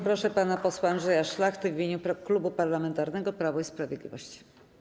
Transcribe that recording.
Proszę pana posła Andrzeja Szlachtę w imieniu Klubu Parlamentarnego Prawo i Sprawiedliwość.